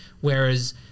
Whereas